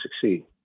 succeed